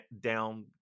down